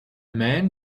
man